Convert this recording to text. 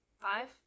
Five